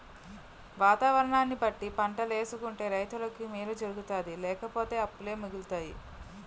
వాతావరణాన్ని బట్టి పంటలేసుకుంటే రైతులకి మేలు జరుగుతాది లేపోతే అప్పులే మిగులుతాయి